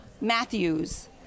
Matthews